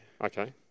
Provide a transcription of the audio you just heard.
Okay